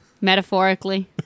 Metaphorically